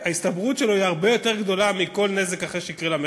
ההסתברות של הסיכון הזה היא הרבה יותר גדולה משל כל נזק אחר שיקרה למכל.